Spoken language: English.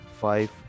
five